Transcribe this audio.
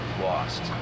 lost